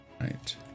right